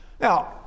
Now